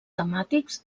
temàtics